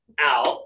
out